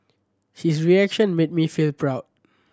his reaction made me feel proud